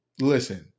listen